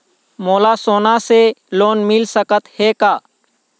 मोला सोना से लोन मिल सकत हे का?